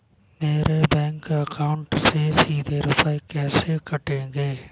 मेरे bank account से सीधे रुपए कैसे कटेंगे?